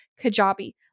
Kajabi